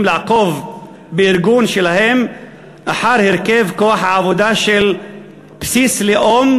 לעקוב בארגון שלהם אחר הרכב כוח העבודה על בסיס לאום,